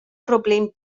problem